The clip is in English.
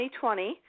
2020